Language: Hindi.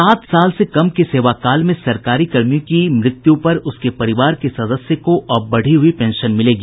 सात साल से कम के सेवा काल में सरकारी कर्मी की मृत्यु पर उसके परिवार के सदस्य को अब बढ़ी हुई पेंशन मिलेगी